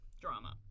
drama